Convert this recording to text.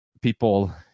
people